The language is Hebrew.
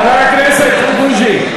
חבר הכנסת בוז'י.